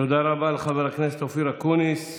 תודה רבה לחבר הכנסת אופיר אקוניס.